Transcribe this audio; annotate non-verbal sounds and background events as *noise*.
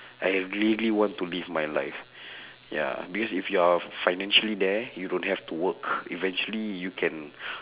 I really want to live my life *breath* ya because if you are financially there you don't have to work eventually you can *breath*